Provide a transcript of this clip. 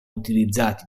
utilizzati